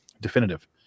definitive